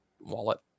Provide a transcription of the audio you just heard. wallet